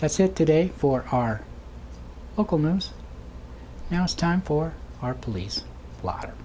that's it today for our local news now it's time for our police blotter